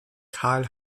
karl